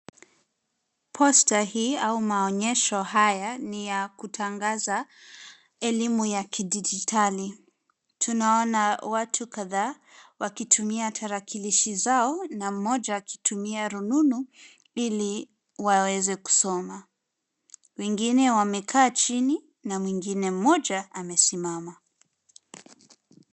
Posta hii au maonyesho haya ni ya kutangaza elimu ya kidijitali. Tunaona watu kadhaa wakitumia tarakilishi zao na mmoja akitumia rununu ili waweze kusoma. Wengine wamekaa chini na mwingine mmoja amesimama.